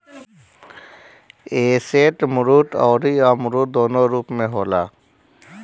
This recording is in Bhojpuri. एसेट मूर्त अउरी अमूर्त दूनो रूप में होला